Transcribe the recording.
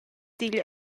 digl